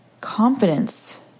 Confidence